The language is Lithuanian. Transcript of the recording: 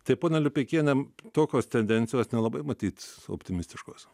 tai pone lipeikiene tokios tendencijos nelabai matyt optimistiškos